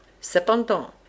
Cependant